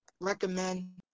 recommend